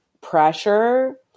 pressure